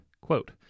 Quote